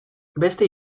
beste